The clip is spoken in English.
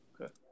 Okay